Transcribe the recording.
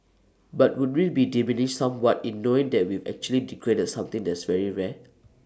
but would we be diminished somewhat in knowing that we've actually degraded something that's very rare